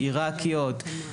עירקיות,